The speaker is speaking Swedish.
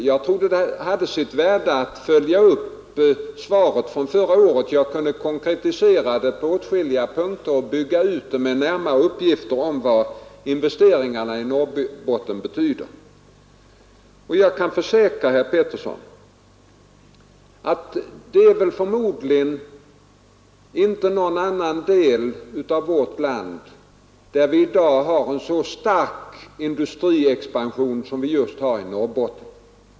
Men jag tyckte att det hade sitt värde att fullfölja svaret från förra året. Jag kunde ju konkretisera det på åtskilliga punkter, bl.a. med närmare uppgifter om vad investeringarna i Norrbotten betyder. Jag kan försäkra herr Petersson att förmodligen ingen annan del av vårt land i dag har en så stark industriexpansion som just Norrbotten.